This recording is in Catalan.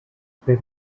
per